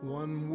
one